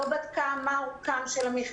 לא בדקה מה אורך המכנסיים,